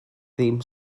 ddim